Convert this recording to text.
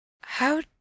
How